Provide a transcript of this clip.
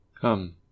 Come